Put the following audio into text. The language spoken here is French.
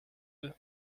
deux